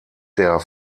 der